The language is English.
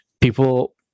People